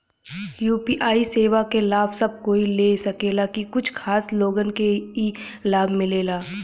UPI सेवा क लाभ सब कोई ले सकेला की कुछ खास लोगन के ई लाभ मिलेला?